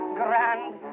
grand